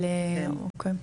אבל אוקי,